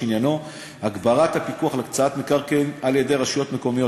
שעניינו הגברת הפיקוח על הקצאת מקרקעין על-ידי רשויות מקומיות.